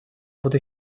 буду